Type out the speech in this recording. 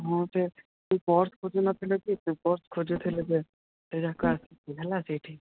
ହଁ ସେ ଯେଉଁ ପର୍ସ ଖୋଜୁନଥିଲ କି ସେ ପର୍ସ ଖୋଜୁଥିଲେ ଯେ ସେଇ ଯାକ ଆସିଛି ହେଲା ସେଇଠି